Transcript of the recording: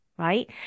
Right